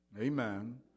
Amen